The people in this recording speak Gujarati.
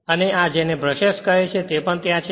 અને આ જેને બ્રશેસ કહે છે તે ત્યાં છે